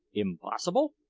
impossible?